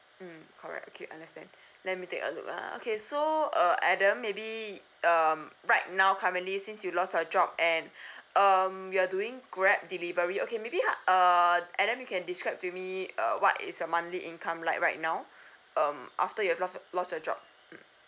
mm correct okay I understand let me take a look uh okay so uh adam maybe um right now currently since you lost your job and um you're doing grab delivery okay maybe !huh! err adam you can describe to me uh what is your monthly income like right now um after you've lost of lost your job mm